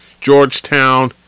Georgetown